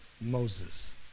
Moses